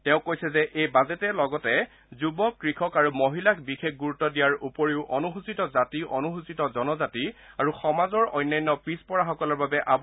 তেওঁ কৈছে যে এই বাজেটে লগতে যুৱক কৃষক আৰু মহিলাক বিশেষ গুৰুত্ব দিয়াৰ উপৰিও অনুসূচিত জাতি অনুসূচিত জনজাতি আৰু সমাজৰ অন্যান্য পিচ পৰাসকলৰ বাবে আবণ্টন বৃদ্ধি কৰা হৈছে